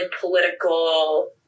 political